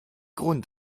grund